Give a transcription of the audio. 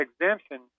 exemption